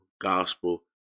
gospel